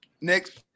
Next